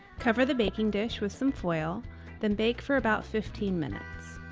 cover the baking dish with some foil then bake for about fifteen minutes.